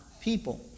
people